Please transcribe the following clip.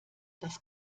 das